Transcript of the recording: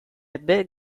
ebbe